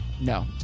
No